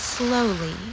Slowly